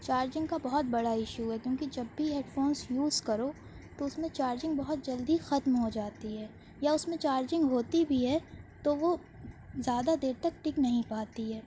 charging کا بہت بڑا ایشو ہے کیونکہ جب بھی ہیڈ فونس یوز کرو تو اس میں چارجنگ بہت جلدی ختم ہو جاتی ہے یا اس میں چارجنگ ہوتی بھی ہے تو وہ زیادہ دیر تک ٹک نہیں پاتی ہے